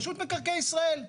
רשות מקרקעי ישראל.